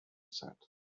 said